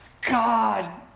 God